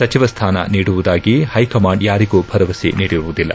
ಸಚಿವ ಸ್ಲಾನ ನೀಡುವುದಾಗಿ ಹೈಕಮಾಂಡ್ ಯಾರಿಗೂ ಭರವಸೆ ನೀಡಿರುವುದಿಲ್ಲ